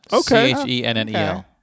C-H-E-N-N-E-L